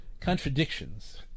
contradictions